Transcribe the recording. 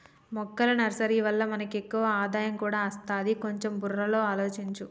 మొక్కల నర్సరీ వల్ల మనకి ఎక్కువ ఆదాయం కూడా అస్తది, కొంచెం బుర్రలో ఆలోచించు